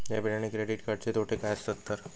Debit आणि credit कार्डचे तोटे काय आसत तर?